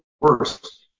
worse